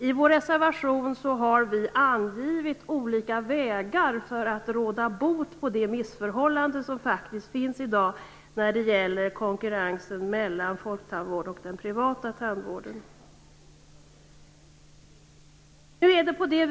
I vår reservation har vi angivit olika vägar för att råda bot på det missförhållande som faktiskt finns i dag när det gäller konkurrensen mellan folktandvården och den privata tandvården.